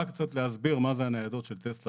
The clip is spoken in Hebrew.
רק קצת להסביר מה זה הניידות של טסלה,